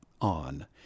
on